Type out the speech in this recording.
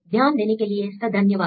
ध्यान देने के लिए सधन्यवाद